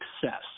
success